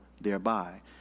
thereby